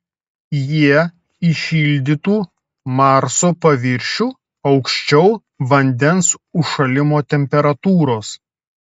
jie įšildytų marso paviršių aukščiau vandens užšalimo temperatūros